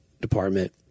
department